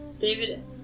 David